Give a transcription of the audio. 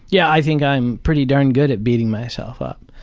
yeah, i think i'm pretty darned good at beating myself up.